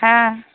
হ্যাঁ